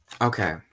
Okay